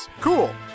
Cool